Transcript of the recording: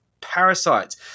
parasites